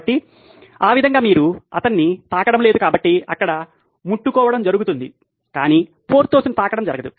కాబట్టి ఆ విధంగా మీరు అతన్ని తాకడం లేదు కాబట్టి అక్కడ ముట్టుకోవడం జరుగుతోంది కాని పోర్థోస్ను తాకడం జరగదు